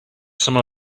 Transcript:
some